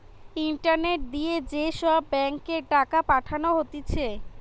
internet দিয়ে যে সব ব্যাঙ্ক এ টাকা পাঠানো হতিছে